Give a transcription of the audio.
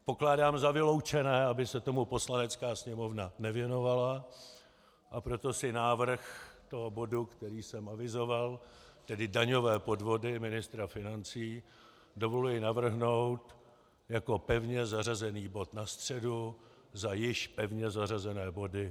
Pokládám za vyloučené, aby se tomu Poslanecká sněmovna nevěnovala, a proto si návrh toho bodu, který jsem avizoval, tedy daňové podvody ministra financí, dovoluji navrhnout jako pevně zařazený bod na středu za již pevně zařazené body.